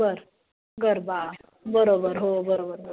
बरं गरबा बरोबर हो बरोबर बरोबर